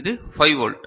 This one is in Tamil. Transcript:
இது 5 வோல்ட்